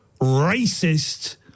racist